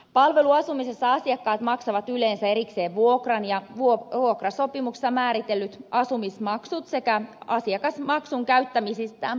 palveluasumisessa asiakkaat maksavat yleensä erikseen vuokran ja vuokrasopimuksessa määritellyt asumismaksut sekä asiakasmaksun käyttämistään palveluista